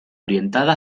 orientada